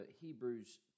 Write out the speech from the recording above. Hebrews